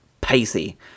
pacey